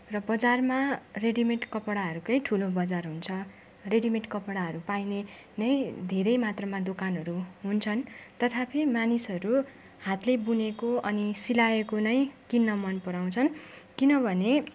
र बजारमा ready made कपडाहरूकै ठुलो बजार हुन्छ रेडी मेड कपडाहरू पाइने नै धेरै मात्रामा दोकानहरू हुन्छन् तथापि मानिसहरू हातले बुनेको अनि सिलाएको नै किन्न मन पराउँछन् किनभने